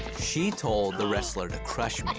she told the wrestler to crush